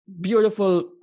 beautiful